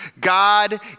God